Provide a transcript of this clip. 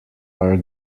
are